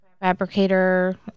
fabricator